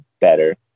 better